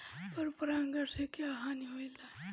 पर परागण से क्या हानि होईला?